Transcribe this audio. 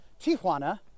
Tijuana